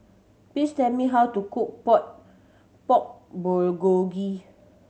please tell me how to cook Pork Bulgogi